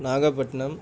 Nagapattinam